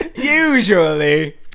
Usually